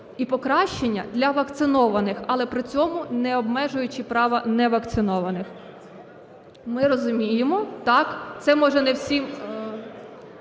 і покращення для вакцинованих, але при цьому не обмежуючи права невакцинованих. Ми розуміємо, так, це може не всім…